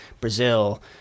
Brazil